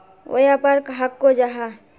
व्यापार कहाक को जाहा?